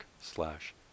slash